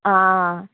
ஆ